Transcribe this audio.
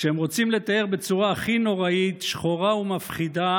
כשהם ירצו לתאר בצורה הכי נוראית, שחורה ומפחידה,